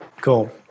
Cool